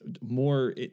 more